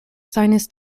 sinus